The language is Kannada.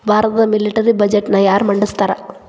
ಭಾರತದ ಮಿಲಿಟರಿ ಬಜೆಟ್ನ ಯಾರ ಮಂಡಿಸ್ತಾರಾ